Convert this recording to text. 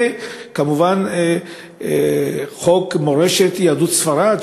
וכמובן חוק מורשת יהדות ספרד,